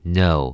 no